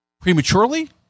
Prematurely